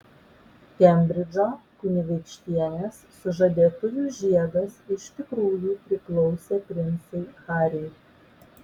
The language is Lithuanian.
kembridžo kunigaikštienės sužadėtuvių žiedas iš tikrųjų priklausė princui hariui